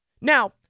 Now